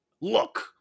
look